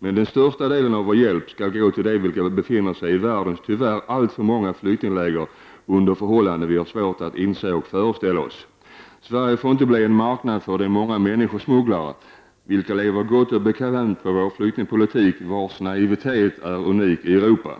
Men den största delen av vår hjälp skall gå till dem som befinner sig i världens, tyvärr alltför många, flyktingläger, under förhållanden som vi har svårt att inse och föreställa oss. Sverige får inte bli en marknad för de många ”människosmugglare” vilka lever gott och bekvämt på vår flyktingpolitik, vars naivitet är unik i Europa.